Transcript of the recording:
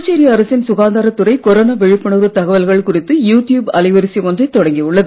புதுச்சேரி அரசின் சுகாதாரத் துறை கொரோனா விழிப்புணர்வுத் தகவல்கள் குறித்து யு டியூப் அலைவரிசை ஒன்றைத் தொடங்கியுள்ளது